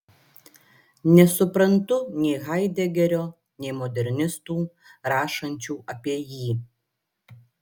nesuprantu nei haidegerio nei modernistų rašančių apie jį